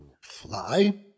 fly